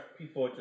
people